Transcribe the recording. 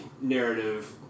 narrative